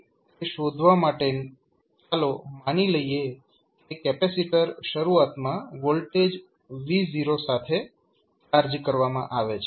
તેથી તે શોધવા માટે ચાલો માની લઈએ કે કેપેસિટર શરૂઆતમાં વોલ્ટેજ V0 સાથે ચાર્જ કરવામાં આવે છે